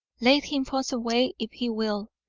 let him fuss away if he will.